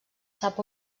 sap